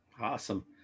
Awesome